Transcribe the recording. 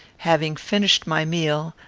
having finished my meal,